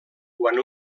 quan